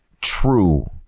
true